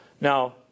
Now